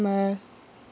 a